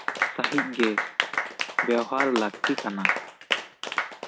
ᱥᱟᱹᱦᱤᱡ ᱜᱮ ᱵᱮᱣᱨᱟᱨ ᱞᱟᱹᱠᱛᱤ ᱠᱟᱱᱟ